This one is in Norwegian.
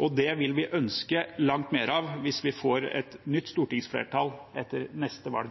og det vil vi ønske langt mer av hvis vi får et nytt stortingsflertall etter neste valg.